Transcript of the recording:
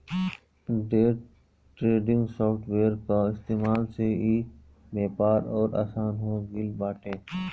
day trading software कअ इस्तेमाल से इ व्यापार अउरी आसन हो गिल बाटे